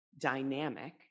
dynamic